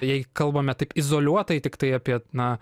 jei kalbame taip izoliuotai tiktai apie na